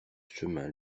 chemin